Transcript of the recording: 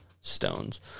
Stones